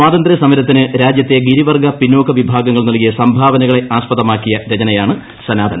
സ്വാതന്ത്രൃ സമരത്തിന് രാജ്യത്തെ ഗിരിവർഗ്ഗ പിന്നോക്ക വിഭാഗങ്ങൾ നൽകിയ സംഭാവനകളെ ആസ്പദമാക്കിയ രചനയാണ് സനാതൻ